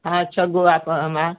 हाँ अच्छा आप